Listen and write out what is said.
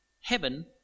heaven